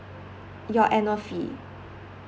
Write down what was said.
your annual fee